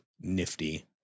nifty